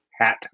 Hat